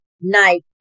night